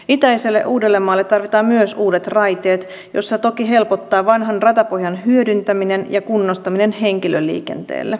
itäiselle uudellemaalle tarvitaan myös uudet raiteet missä toki helpottaa vanhan ratapohjan hyödyntäminen ja kunnostaminen henkilöliikenteelle